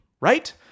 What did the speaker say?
right